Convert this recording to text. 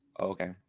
Okay